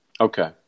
Okay